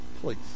Please